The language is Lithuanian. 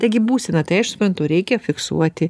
taigi būseną tai aš suprantu reikia fiksuoti